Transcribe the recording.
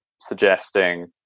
suggesting